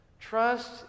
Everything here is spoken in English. Trust